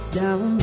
down